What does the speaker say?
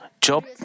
Job